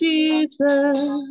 Jesus